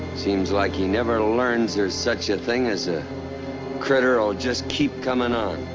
seems like he never learns there's such a thing as a critter i'll just keep coming on.